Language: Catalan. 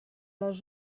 les